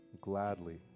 Gladly